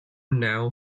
now